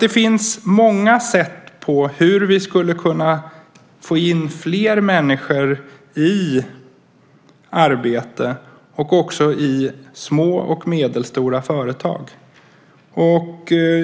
Det finns många sätt hur vi skulle kunna få in fler människor i arbete och också i små och medelstora företag.